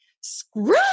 screw